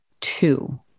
two